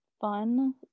fun